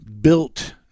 built